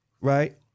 right